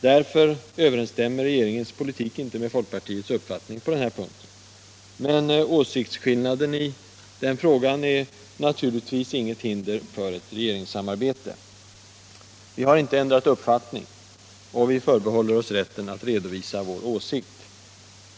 Därför överensstämmer regeringens politik inte med folkpartiets uppfattning på denna punkt. Men åsiktsskillnaden i den frågan utgör naturligtvis inte något hinder för ett regeringssamarbete. Vi har inte ändrat uppfattning, och vi förbehåller oss rätten att redovisa vår åsikt.